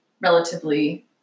relatively